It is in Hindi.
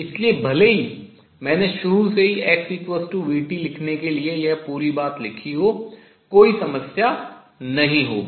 इसलिए भले ही मैंने शुरू से ही x v t लिखने के लिए यह पूरी बात लिखी हो कोई problem समस्या नहीं होगी